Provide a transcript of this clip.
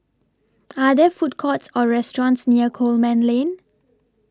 Are There Food Courts Or restaurants near Coleman Lane